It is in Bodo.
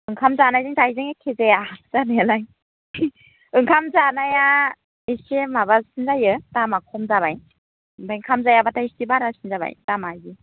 ओंखाम जानायजों जायैजों एखे जाया जानायालाय ओंखाम जानाया एसे माबासिन जायो दामा खम जाबाय आमफ्राय ओंखाम जायाबाथाइ एसे बारासिन जाबाय दामा बिदि